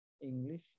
english